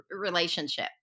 relationship